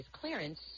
clearance